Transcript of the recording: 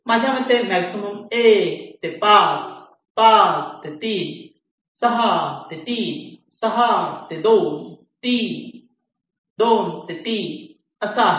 माझ्या मते मॅक्झिमम 1 ते 5 5 ते 3 6 ते 3 6 ते 2 3 असा आहे